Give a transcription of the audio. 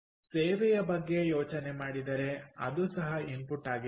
ಸೇವೆಯ ಬಗ್ಗೆ ಯೋಚನೆ ಮಾಡಿದರೆ ಅದು ಸಹ ಇನ್ಪುಟ್ ಆಗಿದೆಯೇ